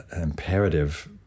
imperative